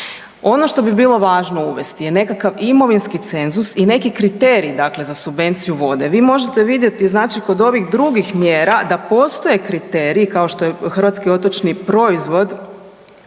Ono što bi bilo važno uvesti je nekakav imovinski cenzus i neki kriteriji dakle za subvenciju vode. Vi možete vidjeti znači kod ovih drugih mjera da postoje kriteriji kao što je Hrvatski otočni proizvod,